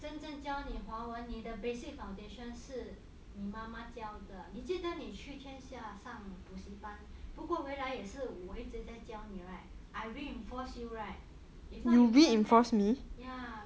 真正教你华文你的 basic foundation 是你妈妈教的你记得你去天下上补习班不过回来也是我一直在教你 right I reinforce you right if not you can meh ya